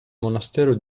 monastero